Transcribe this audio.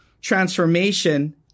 transformation